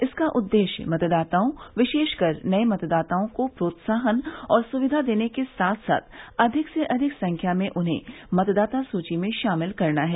इसका उद्देश्य मतदाताओं विशेषकर नये मतदाताओं को प्रोत्साहन और सुविधा देने के साथ साथ अधिक से अधिक संख्या में उन्हें मतदाता सुची में शामिल करना है